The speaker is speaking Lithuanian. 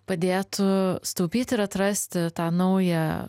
padėtų sutaupyti ir atrasti tą naują